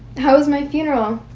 how was my funeral?